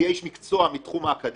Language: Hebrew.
זה יהיה איש מקצוע מתחום האקדמיה,